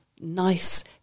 nice